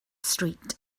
street